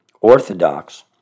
Orthodox